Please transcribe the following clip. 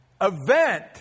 event